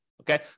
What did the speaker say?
Okay